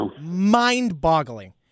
mind-boggling